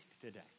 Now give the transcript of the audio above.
today